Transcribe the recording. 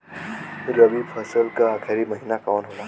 रवि फसल क आखरी महीना कवन होला?